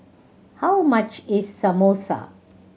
how much is Samosa